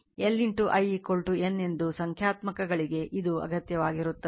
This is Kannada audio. Li N ಎಂದು ಸಂಖ್ಯಾತ್ಮಕಗಳಿಗೆ ಇದು ಅಗತ್ಯವಾಗಿರುತ್ತದೆ